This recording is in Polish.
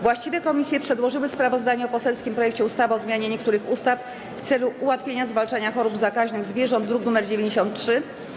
Właściwe komisje przedłożyły sprawozdanie o poselskim projekcie ustawy o zmianie niektórych ustaw w celu ułatwienia zwalczania chorób zakaźnych zwierząt, druk nr 93.